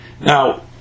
now